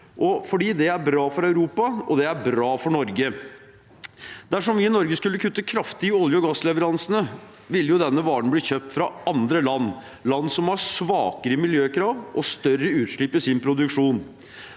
det er bra for Europa, og det er bra for Norge. Dersom vi i Norge skulle kutte kraftig i olje- og gassleveransene, ville denne varen bli kjøpt fra andre land, land som har svakere miljøkrav og større utslipp i sin produksjon.